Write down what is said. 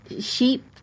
sheep